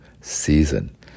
season